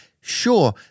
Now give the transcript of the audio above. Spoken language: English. Sure